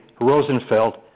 Rosenfeld